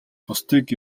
бусдыг